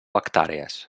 hectàrees